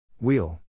Wheel